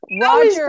Roger